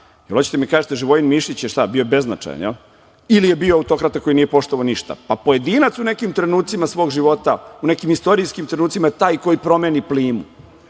ćete da mi kažete da je Živojin Mišić bio beznačajan, ili je bio autokrata koji nije poštovao ništa? Pa, pojedinac u nekim trenucima svog života, u nekim istorijskim trenucima je taj koji promeni plimu,